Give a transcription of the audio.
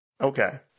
Okay